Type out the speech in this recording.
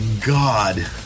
God